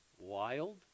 Wild